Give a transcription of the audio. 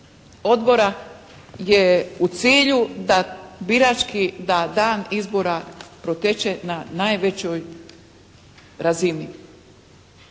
odbora je u cilju da birački, da dan izbora proteče na najvećoj razini.